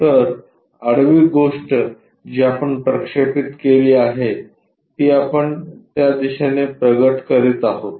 तर आडवी गोष्ट जी आपण प्रक्षेपित केली आहे ती आपण त्या दिशेने प्रगट करीत आहोत